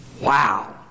Wow